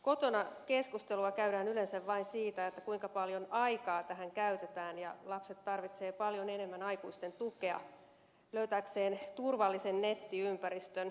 kotona keskustelua käydään yleensä vain siitä kuinka paljon aikaa tähän käytetään ja lapset tarvitsevat paljon enemmän aikuisten tukea löytääkseen turvallisen nettiympäristön